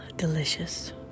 delicious